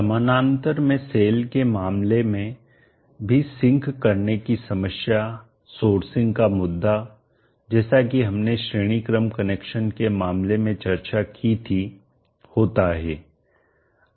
समानांतर में सेल्स के मामले में भी सिंक करने की समस्या सोर्सिंग का मुद्दा जैसा कि हमने श्रेणी क्रम कनेक्शन के मामले के लिए चर्चा की थी होता है